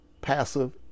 passive